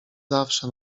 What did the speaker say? zawsze